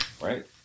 right